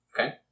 Okay